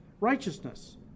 righteousness